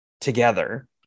together